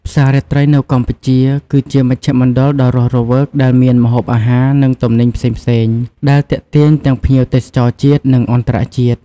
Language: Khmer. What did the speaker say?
ផ្សាររាត្រីនៅកម្ពុជា គឺជាមជ្ឈមណ្ឌលដ៏រស់រវើកដែលមាន ម្ហូបអាហារ និងទំនិញផ្សេងៗ ដែលទាក់ទាញទាំងភ្ញៀវទេសចរជាតិ និងអន្តរជាតិ។